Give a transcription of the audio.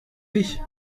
dich